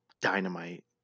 dynamite